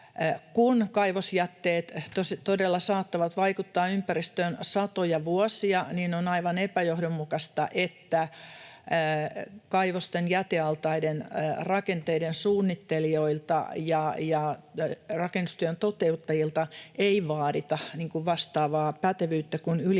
Kun kaivosjätteet todella saattavat vaikuttaa ympäristöön satoja vuosia, niin on aivan epäjohdonmukaista, että kaivosten jätealtaiden rakenteiden suunnittelijoilta ja rakennustyön toteuttajilta ei vaadita vastaavaa pätevyyttä kuin ylipäätänsä